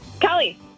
Kelly